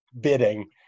bidding